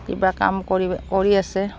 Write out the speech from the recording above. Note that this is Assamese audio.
কিবা কাম কৰি কৰি আছে